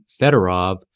Fedorov